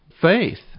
faith